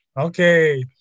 Okay